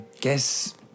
Guess